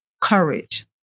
courage